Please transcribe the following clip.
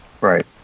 Right